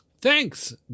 Thanks